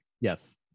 Yes